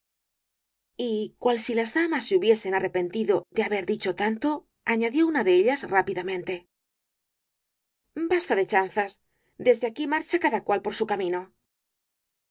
y cual si las damas se hubiesen arrepentido de haber dicho tanto añadió una de ellas rápidamente basta de chanzas desde aquí marcha cada cual por su camino